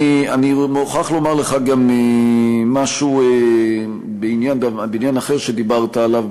אני מוכרח לומר לך גם משהו בעניין אחר שדיברת עליו,